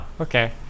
Okay